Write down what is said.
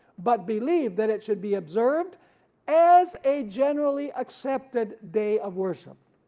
but believe that it should be observed as a generally accepted day of worship.